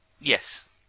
Yes